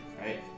right